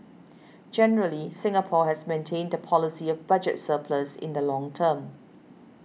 generally Singapore has maintained the policy of budget surplus in the long term